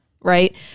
Right